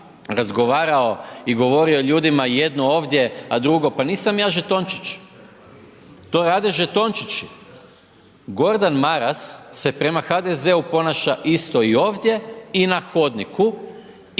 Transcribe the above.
i govorio ljudima, jedno ovdje, a drugo, pa nisam ja žetončić. To rade žetončići. Gordan Maras se prema HDZ-u ponaša isto i ovdje i hodniku